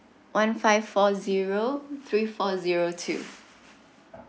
one five four zero three four zero two